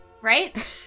Right